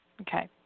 Okay